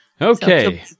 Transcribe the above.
Okay